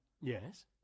Yes